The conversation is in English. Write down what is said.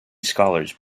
scholars